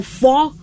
four